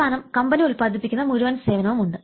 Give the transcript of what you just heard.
അവസാനം കമ്പനി ഉത്പാദിപ്പിക്കുന്ന മുഴുവൻ സേവനവും ഉണ്ട്